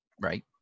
Right